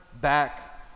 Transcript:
back